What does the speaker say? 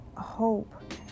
hope